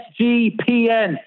SGPN